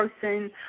person